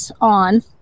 on